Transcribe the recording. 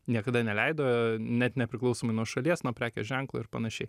niekada neleido net nepriklausomai nuo šalies nuo prekės ženklo ir panašiai